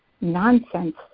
nonsense